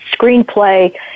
screenplay